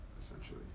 essentially